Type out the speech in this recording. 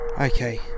okay